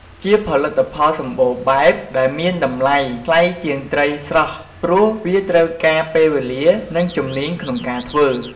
ជាផលិតផលសម្បូរបែប ដែលមានតម្លៃថ្លៃជាងត្រីស្រស់ ព្រោះវាត្រូវការពេលវេលា និងជំនាញក្នុងការធ្វើ។